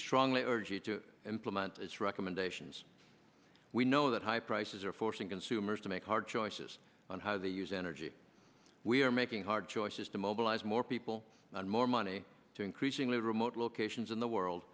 strongly urge you to implement its recommendations we know that high prices are forcing consumers to make hard choices on how they use energy we are making hard choices to mobilize more people and more money to increasingly remote locations in the world